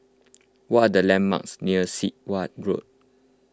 what are the landmarks near Sit Wah Road